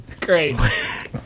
Great